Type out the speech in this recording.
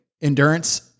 endurance